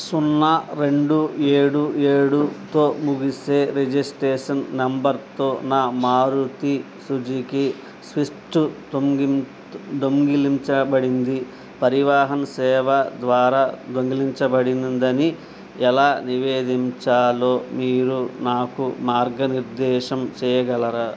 సున్నా రెండు ఏడు ఏడుతో ముగిసే రిజిస్ట్రేషన్ నెంబర్తో నా మారుతి సుజుకి స్విస్ట్ దొంగిలించబడింది పరివాహన్ సేవా ద్వారా దొంగిలించబడిందని ఎలా నివేదించాలో మీరు నాకు మార్గనిర్దేశం చేయగలరా